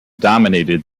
dominated